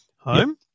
home